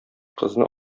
кызны